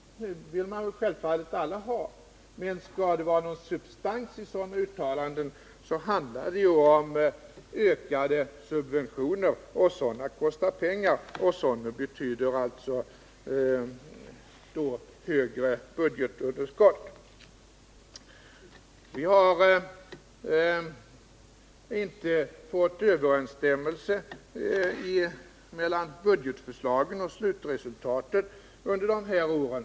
Det vill självfallet alla ha. Men skall det vara någon substans i sådana uttalanden handlar det om ökade subventioner, och sådana kostar pengar, och det betyder alltså ett större budgetunderskott. Vi har inte fått överensstämmelser mellan budgetförslagen och slutresultaten under de här åren.